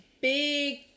Big